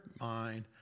mind